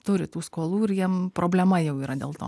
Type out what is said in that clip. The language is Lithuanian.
turi tų skolų ir jiem problema jau yra dėl to